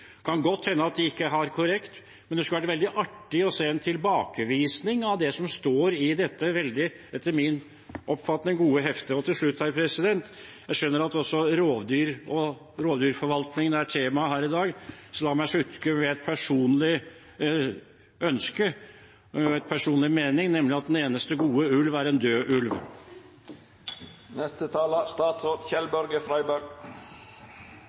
kan godt hende at det ikke er korrekt, men det skulle være veldig artig å se en tilbakevisning av det som står i dette, etter min oppfatning, veldig gode heftet. Til slutt: Jeg skjønner at også rovdyr og rovdyrforvaltningen er tema her i dag. La meg slutte med en personlig mening, nemlig at den eneste gode ulv er en død ulv.